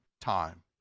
time